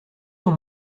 ton